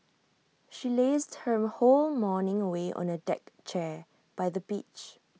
she lazed her whole morning away on A deck chair by the beach